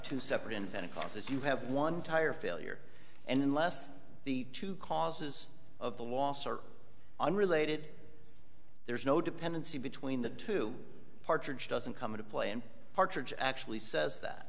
two separate invented cars if you have one tire failure and unless the two causes of the loss are unrelated there is no dependency between the two partridge doesn't come into play and partridge actually says that